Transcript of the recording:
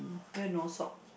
here no sock